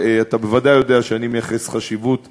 אתה בוודאי יודע שאני מייחס לו חשיבות רבה,